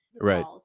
right